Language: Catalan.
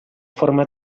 forma